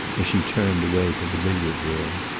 as she turned away to the billiard-room.